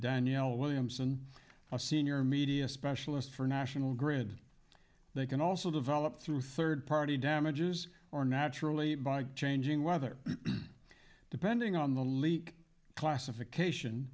danielle williamson a senior media specialist for national grid they can also develop through third party damages or naturally by changing weather depending on the leak classification